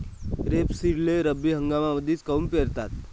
रेपसीडले रब्बी हंगामामंदीच काऊन पेरतात?